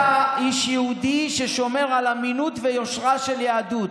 אתה איש יהודי ששומר על אמינות ויושרה של יהדות.